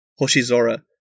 Hoshizora